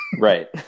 Right